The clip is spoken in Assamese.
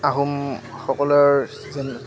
আহোমসকলৰ যেনে